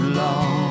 long